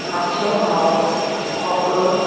हाचे भायर कोक्रोच